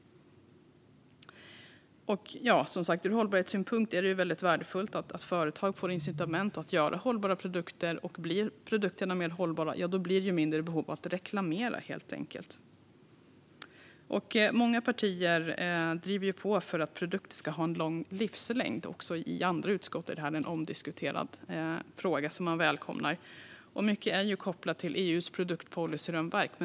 Ur hållbarhetssynpunkt är det värdefullt att företag får incitament att göra hållbara produkter. Om produkterna blir mer hållbara blir det mindre behov av att reklamera. Många partier driver på för att produkter ska ha en lång livslängd. Också i andra utskott är detta en omdiskuterad fråga som man välkomnar. Mycket är kopplat till EU:s produktpolicyramverk.